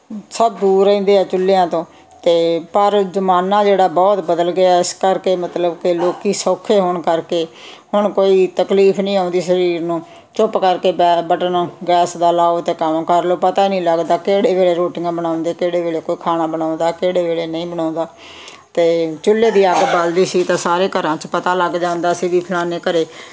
ਸਭ ਦੂਰ ਰਹਿੰਦੇ ਆ ਚੁੱਲ੍ਹਿਆਂ ਤੋਂ ਅਤੇ ਪਰ ਜ਼ਮਾਨਾ ਜਿਹੜਾ ਬਹੁਤ ਬਦਲ ਗਿਆ ਇਸ ਕਰਕੇ ਮਤਲਬ ਕਿ ਲੋਕ ਸੌਖੇ ਹੋਣ ਕਰਕੇ ਹੁਣ ਕੋਈ ਤਕਲੀਫ ਨਹੀਂ ਆਉਂਦੀ ਸਰੀਰ ਨੂੰ ਚੁੱਪ ਕਰਕੇ ਬੈ ਬਟਨ ਗੈਸ ਦਾ ਲਾਓ ਅਤੇ ਕੰਮ ਕਰ ਲਓ ਪਤਾ ਨਹੀਂ ਲੱਗਦਾ ਕਿਹੜੇ ਵੇਲੇ ਰੋਟੀਆਂ ਬਣਾਉਂਦੇ ਕਿਹੜੇ ਵੇਲੇ ਕੋਈ ਖਾਣਾ ਬਣਾਉਂਦਾ ਕਿਹੜੇ ਵੇਲੇ ਨਹੀਂ ਬਣਾਉਂਦਾ ਅਤੇ ਚੁੱਲ੍ਹੇ ਦੀ ਅੱਗ ਬਲਦੀ ਸੀ ਤਾਂ ਸਾਰੇ ਘਰਾਂ 'ਚ ਪਤਾ ਲੱਗ ਜਾਂਦਾ ਸੀ ਵੀ ਫਲਾਨੇ ਘਰ